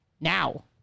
now